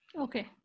Okay